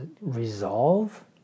resolve